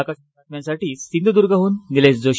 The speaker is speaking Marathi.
आकाशवाणी बातम्यांसाठी सिंधूदुर्गहन निलेश जोशी